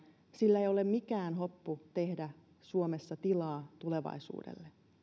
sillä ei ole mikään hoppu tehdä suomessa tilaa tulevaisuudelle